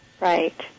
Right